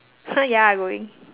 [huh] ya I going